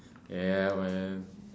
yeah man